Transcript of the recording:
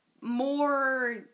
more